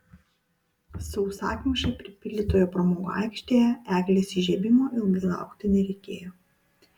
sausakimšai užpildytoje pramogų aikštėje eglės įžiebimo ilgai laukti nereikėjo